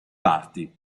parti